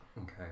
Okay